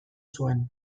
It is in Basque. zuen